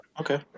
Okay